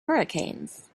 hurricanes